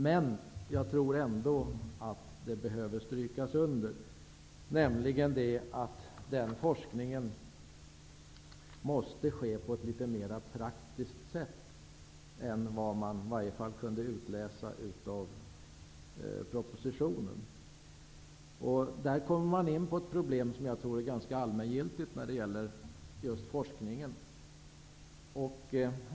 Men jag vill ändå stryka under att den forskningen måste ske på ett mer praktiskt sätt än vad som i varje fall kan utläsas av propositionen. Vi kommer då in på ett allmängiltigt problem i fråga om forskningen.